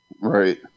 Right